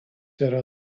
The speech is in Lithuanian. yra